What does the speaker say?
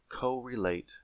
co-relate